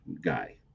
guy